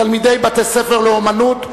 תלמידי בתי-ספר לאמנות),